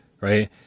right